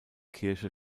kirche